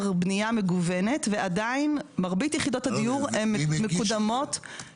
בנייה מגוונת ועדיין מרבית יחידות הדיור הן מקודמות --- מי מגיש?